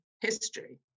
history